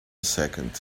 second